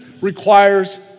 requires